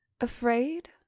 Afraid